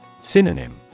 Synonym